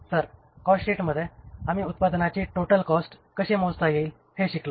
तर कॉस्टशीटमध्ये आम्ही उत्पादनाची टोटल कॉस्ट कशी मोजता येईल हे शिकलो